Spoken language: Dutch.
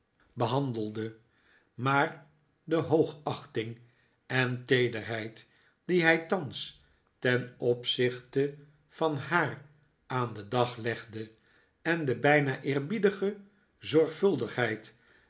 behandelde maar de hoogachting en teederheid die hij thans ten opzichte van haar aan den dag legde en de bijna eerbiedige zorgvuldigheid